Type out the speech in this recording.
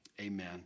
Amen